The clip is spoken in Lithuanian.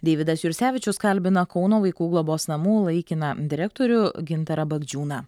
deividas jursevičius kalbina kauno vaikų globos namų laikiną direktorių gintarą bagdžiūną